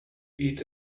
eat